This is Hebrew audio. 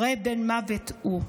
הרי בן מוות הוא?